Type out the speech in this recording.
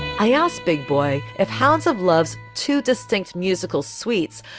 i asked big boy if hounds of loves two distinct musical suites,